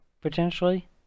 potentially